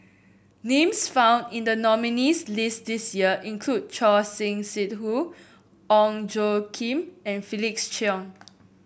names found in the nominees' list this year include Choor Singh Sidhu Ong Tjoe Kim and Felix Cheong